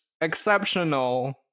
exceptional